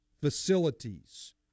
facilities